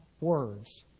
words